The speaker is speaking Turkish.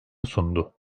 sundu